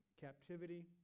captivity